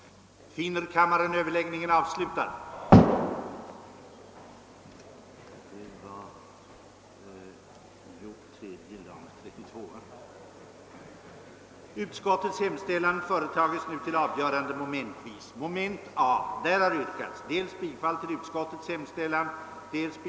2) godkänna de i propositionen förordade riktlinjerna för statens åtgärder för att främja fritidsfisket,